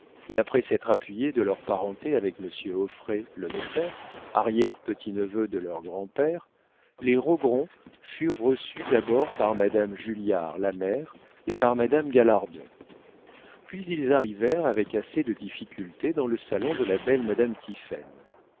et après s'être appuyés de leur parenté avec monsieur auffray le notaire arrière petit neveu de leur grand-père les rogron furent reçus d'abord par madame julliard la mère et par madame galardon puis ils arrivèrent avec assez de difficultés dans le salon de la belle madame